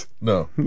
No